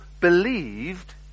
believed